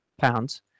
pounds